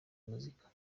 muzika